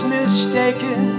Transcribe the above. mistaken